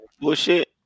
Bullshit